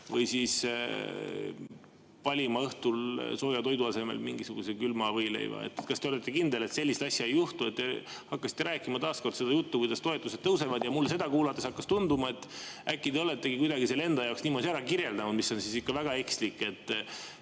või valima õhtul sooja toidu asemel mingisuguse külma võileiva. Kas te olete kindel, et sellist asja ei juhtu? Te hakkasite taas kord rääkima seda juttu, kuidas toetused tõusevad. Mulle hakkas seda kuulates tunduma, et äkki te oletegi kuidagi selle enda jaoks niimoodi ära kirjeldanud, mis oleks ikka väga ekslik.